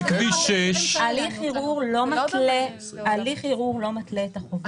הליך ערעור לא מתלה את החוזה.